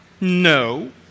No